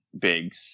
big